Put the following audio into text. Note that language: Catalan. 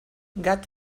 gat